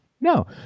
No